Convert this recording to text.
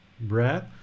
Breath